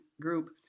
group